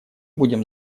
будем